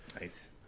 Nice